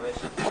בוקר טוב.